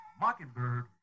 Mockingbird